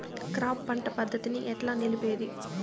Crop పంట పద్ధతిని ఎట్లా నిలిపేది?